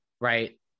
right